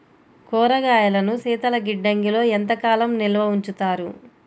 కూరగాయలను శీతలగిడ్డంగిలో ఎంత కాలం నిల్వ ఉంచుతారు?